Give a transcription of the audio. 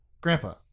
grandpa